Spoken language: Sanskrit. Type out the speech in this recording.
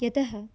यतः